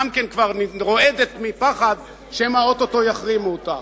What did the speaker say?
כבר רועדת מפחד שמא או-טו-טו יחרימו אותה.